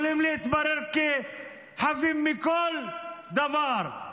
יכולים להתברר כחפים מכל דבר.